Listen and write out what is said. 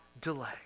delay